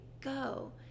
go